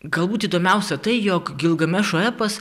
galbūt įdomiausia tai jog gilgamešo epas